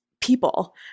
people